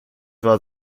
war